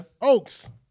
Oaks